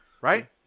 Right